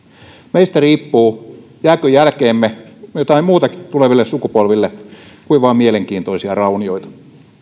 meistä riippuu jääkö jälkeemme jotain muutakin tuleville sukupolville kuin vain mielenkiintoisia raunioita